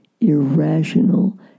irrational